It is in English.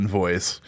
voice